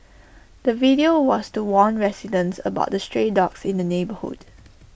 the video was to warn residents about the stray dogs in the neighbourhood